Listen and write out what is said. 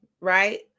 right